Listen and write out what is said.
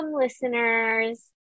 listeners